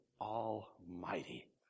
almighty